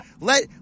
Let